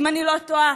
אם אני לא טועה,